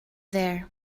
there